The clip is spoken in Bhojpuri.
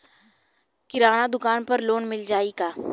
किराना दुकान पर लोन मिल जाई का?